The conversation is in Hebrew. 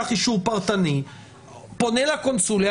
הוא פונה לקונסוליה,